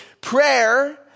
prayer